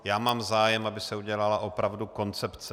Já mám zájem, aby se udělala opravdu koncepce.